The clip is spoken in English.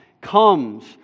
comes